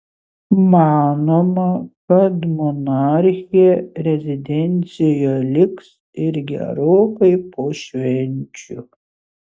manoma kad monarchė rezidencijoje liks ir gerokai po švenčių